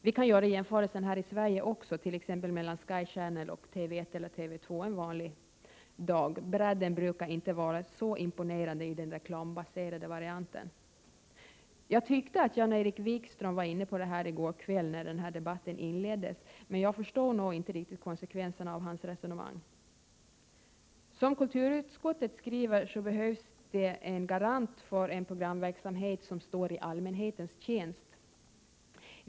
Vi kan göra jämförelsen här i Sverige också mellan t.ex. Sky Channel och TV 1 eller 2 en vanlig dag; bredden brukar inte vara så imponerande i den reklambaserade varianten. Jag tyckte att Jan-Erik Wikström var inne på detta i går kväll när den här debatten inleddes, men jag förstod nog inte riktigt konsekvenserna av hans resonemang. Som kulturutskottet skriver behövs det en garant för en programverksamhet som står i allmänhetens tjänst.